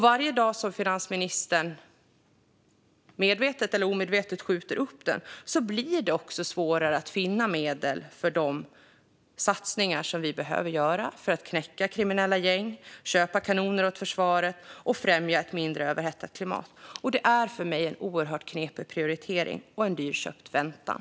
Varje dag som finansministern medvetet eller omedvetet skjuter upp detta blir det också svårare att finna medel för de satsningar som vi behöver göra för att knäcka kriminella gäng, köpa kanoner åt försvaret och främja ett mindre överhettat klimat. Det är för mig en oerhört knepig prioritering och en dyrköpt väntan.